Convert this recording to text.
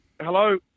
Hello